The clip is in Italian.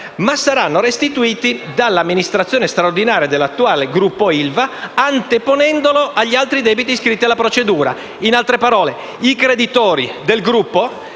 ma sarà restituito dall'amministrazione straordinaria dell'attuale Gruppo ILVA, anteponendolo agli altri debiti iscritti alla procedura. In altre parole, i creditori del Gruppo